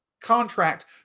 contract